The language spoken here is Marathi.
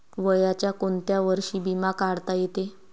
वयाच्या कोंत्या वर्षी बिमा काढता येते?